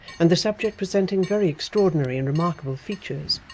and the subject presenting very extraordinary and remarkable features,